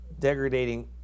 degradating